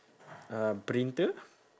uh printer